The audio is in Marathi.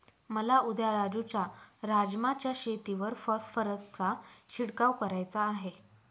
मला उद्या राजू च्या राजमा च्या शेतीवर फॉस्फरसचा शिडकाव करायचा आहे